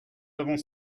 avons